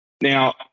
Now